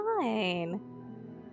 fine